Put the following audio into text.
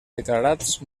declarats